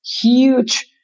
huge